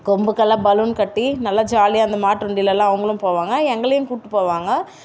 கொம்புக்கெல்லாம் balloon கட்டி நல்லா ஜாலியாக அந்த மாட்டு வண்டிலெல்லாம் அவங்களும் போவாங்க எங்களையும் கூப்பிட்டு போவாங்க